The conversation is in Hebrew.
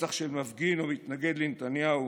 רצח של מפגין או מתנגד לנתניהו